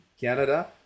Canada